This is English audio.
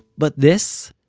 but this,